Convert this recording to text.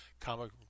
comic